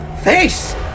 Face